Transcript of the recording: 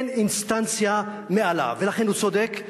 אין אינסטנציה מעליו, ולכן הוא צודק.